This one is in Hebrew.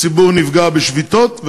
הציבור נפגע בשביתות,